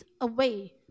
away